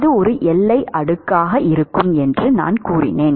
அது ஒரு எல்லை அடுக்காக இருக்கும் என்று நான் கூறினேன்